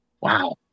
Wow